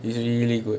easily very good